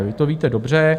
Vy to víte dobře.